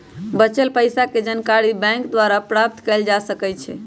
बच्चल पइसाके जानकारी बैंक द्वारा प्राप्त कएल जा सकइ छै